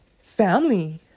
family